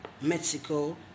Mexico